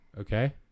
okay